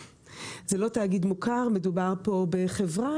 מדובר פה בחברה,